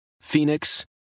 Phoenix